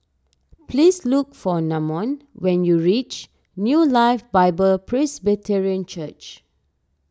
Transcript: please look for Namon when you reach New Life Bible Presbyterian Church